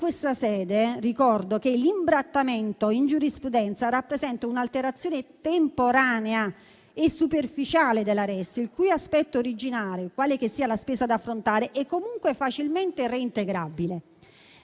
questa sede ricordo che in giurisprudenza l'imbrattamento rappresenta un'alterazione temporanea e superficiale della *res*, il cui aspetto originale, quale che sia la spesa da affrontare, è comunque facilmente reintegrabile.